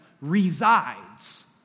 resides